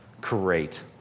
Great